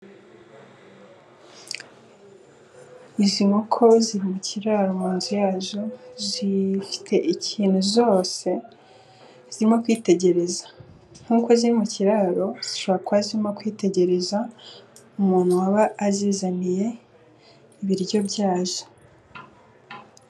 Izi nkoko ziri mu kiraro mu nzu yazo. Zifite ikintu zose zirimo kwitegereza nk'uko ziri mu kiraro, zishobora kuba zirimo kwitegereza umuntu waba azizaniye ibiryo byazo.